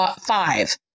five